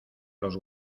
los